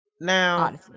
Now